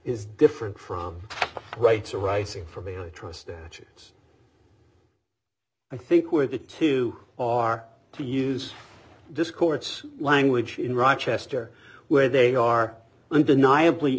is different from rights arising from mantra statutes i think were the two are to use this court's language in rochester where they are undeniably